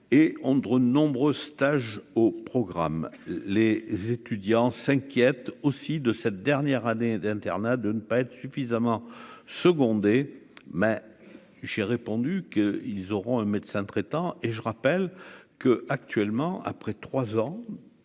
et Andres nombreux stages au programme, les étudiants s'inquiètent aussi de cette dernière année d'internat de ne pas être suffisamment seconder mais j'ai répondu qu'ils auront un médecin traitant, et je rappelle que, actuellement, après 3 ans